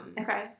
Okay